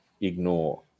ignore